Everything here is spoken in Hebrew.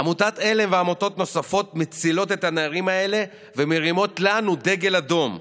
עמותת עלם ועמותות נוספות מצילות את הנערים האלה ומרימות לנו דגל אדום,